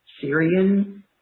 Syrian